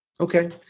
Okay